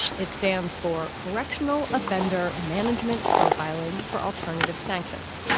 it stands for correctional offender management profiling for alternative sanctions.